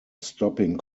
stopping